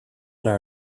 naar